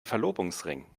verlobungsring